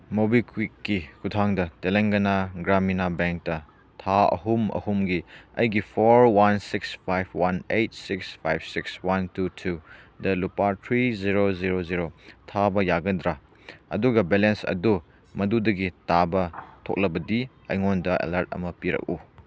ꯃꯣꯕꯤꯛꯋꯤꯛꯀꯤ ꯈꯨꯊꯥꯡꯗ ꯇꯦꯂꯪꯒꯅꯥ ꯒ꯭ꯔꯥꯃꯤꯅꯥ ꯕꯦꯡꯇ ꯊꯥ ꯑꯍꯨꯝ ꯑꯍꯨꯝꯒꯤ ꯑꯩꯒꯤ four one six five one eight six five six one two ꯇꯨꯗ ꯂꯨꯄꯥ ꯊ꯭ꯔꯤ ꯖꯦꯔꯣ ꯖꯦꯔꯣ ꯖꯦꯔꯣ ꯊꯥꯕ ꯌꯥꯒꯗ꯭ꯔ ꯑꯗꯨꯒ ꯕꯦꯂꯦꯟꯁ ꯑꯗꯨ ꯃꯗꯨꯗꯒꯤ ꯇꯥꯕ ꯊꯣꯛꯂꯕꯗꯤ ꯑꯩꯉꯣꯟꯗ ꯑꯦꯂꯥꯔꯠ ꯑꯃ ꯄꯤꯔꯛꯎ